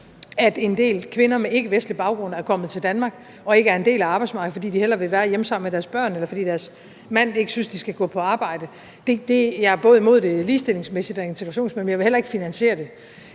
at en del kvinder med ikkevestlig baggrund er kommet til Danmark og ikke er en del af arbejdsmarkedet, fordi de hellere vil være hjemme sammen med deres børn, eller fordi deres mand ikke synes, de skal gå på arbejde. Jeg er både imod det ligestillingsmæssigt og integrationsmæssigt, og jeg vil heller ikke finansiere det.